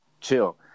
chill